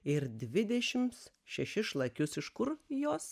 ir dvidešim šešis šlakius iš kur jos